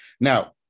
Now